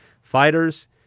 fighters